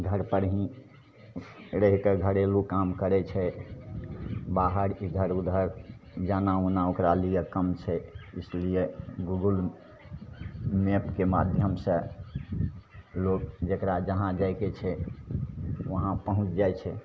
घरपर ही रहिके घरेलू काम करै छै बाहर इधर उधर जाना उना ओकरा लिए कम छै इसलिए गूगल मैपके माध्यमसे लोक जकरा जहाँ जाइके छै वहाँ पहुँच जाइ छै